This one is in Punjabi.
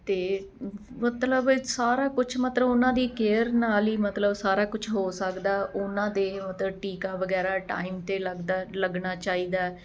ਤਾਂ ਮਤਲਬ ਇਹ ਸਾਰਾ ਕੁਛ ਮਤਲਬ ਉਹਨਾਂ ਦੀ ਕੇਅਰ ਨਾਲ ਹੀ ਮਤਲਬ ਸਾਰਾ ਕੁਛ ਹੋ ਸਕਦਾ ਉਹਨਾਂ ਦੇ ਮਤਲਬ ਟੀਕਾ ਵਗੈਰਾ ਟਾਈਮ 'ਤੇ ਲੱਗਦਾ ਲੱਗਣਾ ਚਾਹੀਦਾ ਹੈ